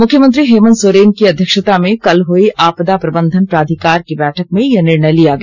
मुख्यमंत्री हेमन्त सोरेन की अध्यक्षता में कल हुई आपदा प्रबंधन प्राधिकार की बैठक में यह निर्णय लिया गया